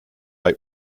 bei